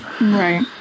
Right